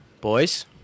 Boys